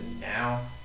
now